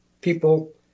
people